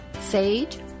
sage